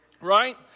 right